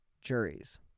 juries